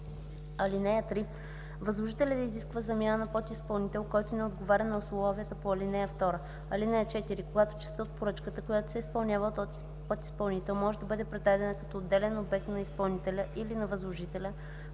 (3) Възложителят изисква замяна на подизпълнител, който не отговаря на условията по ал. 2. (4) Когато частта от поръчката, която се изпълнява от подизпълнител, може да бъде предадена като отделен обект на изпълнителя или на възложителя,